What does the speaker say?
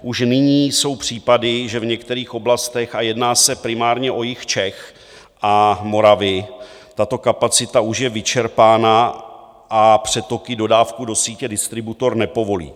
Už nyní jsou případy, že v některých oblastech a jedná se primárně o jih Čech a Moravy tato kapacita už je vyčerpána a přetoky dodávky do sítě distributor nepovolí.